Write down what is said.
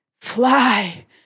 Fly